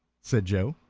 said joe,